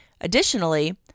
Additionally